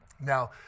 Now